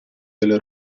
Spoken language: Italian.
delle